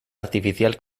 artificial